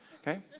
okay